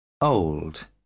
old